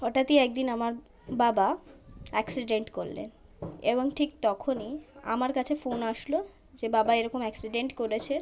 হঠাৎই এক দিন আমার বাবা অ্যাক্সিডেন্ট করলেন এবং ঠিক তখনই আমার কাছে ফোন আসলো যে বাবা এরকম অ্যাক্সিডেন্ট করেছে